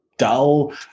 dull